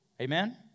Amen